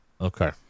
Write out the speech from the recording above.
Okay